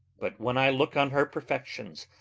but when i look on her perfections,